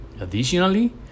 Additionally